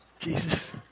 Jesus